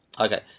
Okay